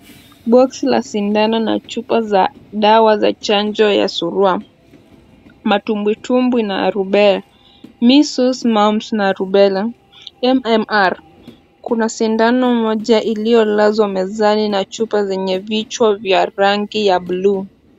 Boxi la shindano na chupa za dawa ya surua, matumbwitumbwi na rubela, measles , mumps na rubella , M-M-R. Kuna sindano iliyolazwa mezani na chupa zenye vichwa vya rangi ya buluu.